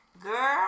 girl